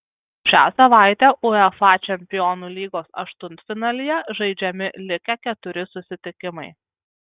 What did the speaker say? šią savaitę uefa čempionų lygos aštuntfinalyje žaidžiami likę keturi susitikimai